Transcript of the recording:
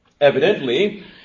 Evidently